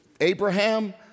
Abraham